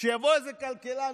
שיבוא איזה כלכלן,